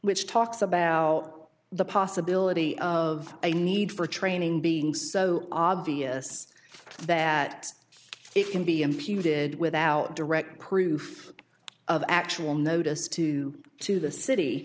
which talks about the possibility of a need for training being so obvious that it can be imputed without direct proof of actual notice to to the